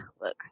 Look